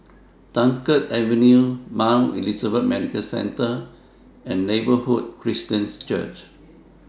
Dunkirk Avenue Mount Elizabeth Medical Centre and Neighbourhood Christian Church